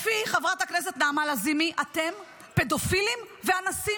לפי חברת הכנסת נעמה לזימי, אתם פדופילים ואנסים.